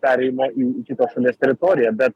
perėjimo į į kitos šalies teritoriją bet